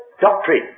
doctrine